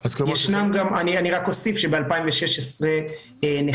עכשיו יש לכם מזל כי השר לענייני ירושלים הוא גם שר